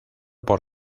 por